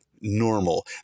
Normal